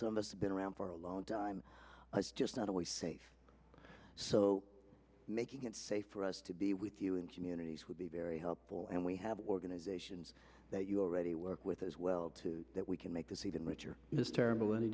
it's been around for a long time let's just not always safe so making it safe for us to be with you in communities would be very helpful and we have organizations that you already work with as well to that we can make this even richer is terrible an